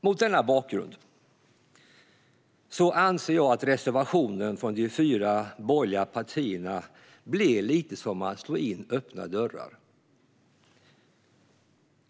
Mot denna bakgrund anser jag att reservationen från de fyra borgerliga partierna blir lite som att slå in öppna dörrar.